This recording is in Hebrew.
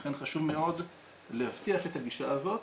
לכן חשוב מאוד להבטיח את הגישה הזאת.